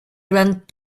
durant